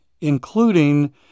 including